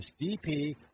dp